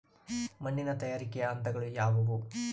ಮಣ್ಣಿನ ತಯಾರಿಕೆಯ ಹಂತಗಳು ಯಾವುವು?